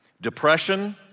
depression